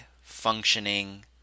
functioning